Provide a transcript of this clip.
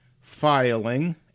filing